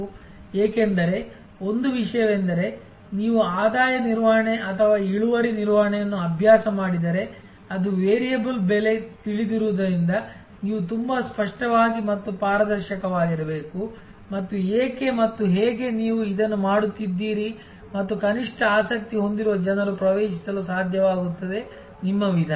ಏಕೆಂದರೆ ಒಂದು ವಿಷಯವೆಂದರೆ ನೀವು ಆದಾಯ ನಿರ್ವಹಣೆ ಅಥವಾ ಇಳುವರಿ ನಿರ್ವಹಣೆಯನ್ನು ಅಭ್ಯಾಸ ಮಾಡಿದರೆ ಅದು ವೇರಿಯಬಲ್ ಬೆಲೆ ತಿಳಿದಿರುವುದರಿಂದ ನೀವು ತುಂಬಾ ಸ್ಪಷ್ಟವಾಗಿ ಮತ್ತು ಪಾರದರ್ಶಕವಾಗಿರಬೇಕು ಮತ್ತು ಏಕೆ ಮತ್ತು ಹೇಗೆ ನೀವು ಇದನ್ನು ಮಾಡುತ್ತಿದ್ದೀರಿ ಮತ್ತು ಕನಿಷ್ಠ ಆಸಕ್ತಿ ಹೊಂದಿರುವ ಜನರು ಪ್ರವೇಶಿಸಲು ಸಾಧ್ಯವಾಗುತ್ತದೆ ನಿಮ್ಮ ವಿಧಾನ